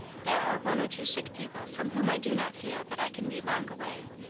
there are one or two sick people, from whom i do not feel that i can be long away.